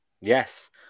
Yes